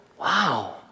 Wow